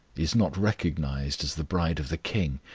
is not recognized as the bride of the king,